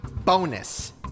Bonus